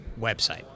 website